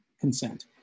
consent